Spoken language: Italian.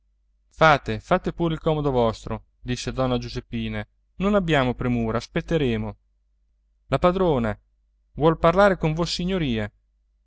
fate fate pure il comodo vostro disse donna giuseppina non abbiamo premura aspetteremo la padrona vuol parlare con vossignoria